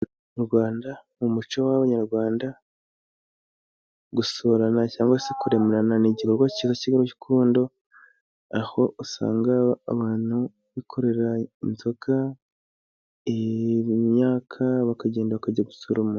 Mu Rwanda, mu muco w'abanyarwanda, gusurana cyangwa se kuremerana ni igikorwa kiba kirimo urukundo, aho usanga abantu bikorera inzoga mu myaka, bakagenda bakajya gusura umuntu.